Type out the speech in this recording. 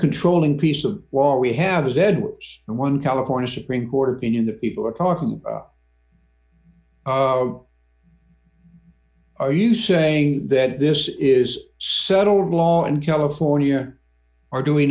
controlling piece of wall we have is edwards and one california supreme court opinion that people are talking are you saying that this is settled law in california or do we